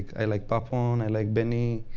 i like papon. i like beni.